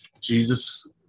Jesus